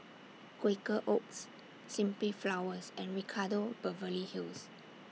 Quaker Oats Simply Flowers and Ricardo Beverly Hills